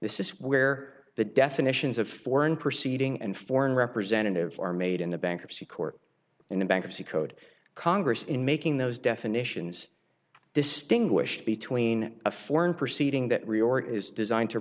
this is where the definitions of foreign proceeding and foreign representatives are made in the bankruptcy court and the bankruptcy code congress in making those definitions distinguish between a foreign proceeding that reorganize designed to